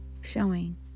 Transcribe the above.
showing